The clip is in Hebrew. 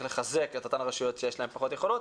לחזק את אותן הרשויות שיש להן פחות יכולות.